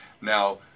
Now